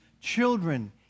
children